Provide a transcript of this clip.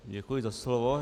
Děkuji za slovo.